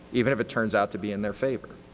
even if it turns out to be in their favor.